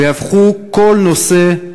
ויהפכו כל נושא,